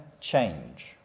change